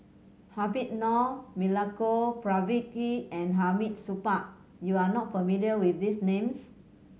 Habib Noh Milenko Prvacki and Hamid Supaat you are not familiar with these names